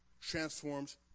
transforms